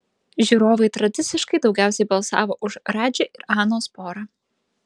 žiūrovai tradiciškai daugiausiai balsavo už radži ir anos porą